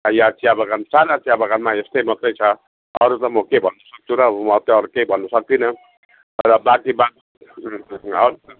यहाँ चियाबगान सारा चिया बगानमा यस्तै मात्रै छ अरू त म के भन्न सक्छु र म त अरू केही भन्नु सक्दिनँ र